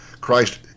Christ